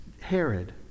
Herod